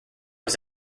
was